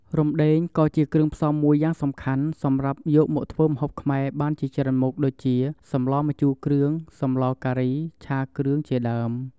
រំដេងក៏ជា គ្រឿងផ្សំមួយយ៉ាងសំខាន់សម្រាប់យកមកធ្វើម្ហូបខ្មែរបានជាច្រើនមុខ ដូចជា សម្លម្ជូរគ្រឿង, សម្លការី, ឆាគ្រឿង ជាដើម។